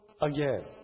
again